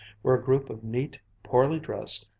where a group of neat, poorly dressed,